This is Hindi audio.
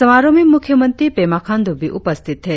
समारोह में मुख्य मंत्री पेमा खाण्ड्र भी उपस्थित थे